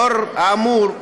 לאור האמור,